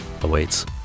awaits